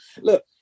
look